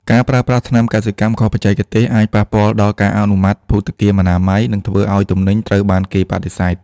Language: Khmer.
ការប្រើប្រាស់ថ្នាំកសិកម្មខុសបច្ចេកទេស អាចប៉ះពាល់ដល់ការអនុម័តភូតគាមអនាម័យ និងធ្វើឱ្យទំនិញត្រូវបានគេបដិសេធ។